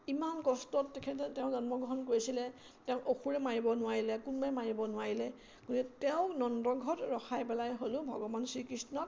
ইমান কষ্টত তেখেতে তেওঁ জন্মগ্ৰহণ কৰিছিলে তেওঁক অসুৰে মাৰিব নোৱাৰিলে কোনোবাই মাৰিব নোৱাৰিলে গতিকে তেওঁ নন্দৰ ঘৰত ৰখাই পেলাই হ'লেও ভগৱান শ্ৰীকৃষ্ণক